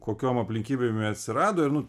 kokiom aplinkybėm jie atsirado ir nu